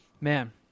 Man